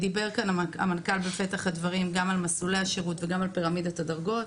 דיבר המנכ"ל על מסלולי השירות ועל פירמידת הדרגות.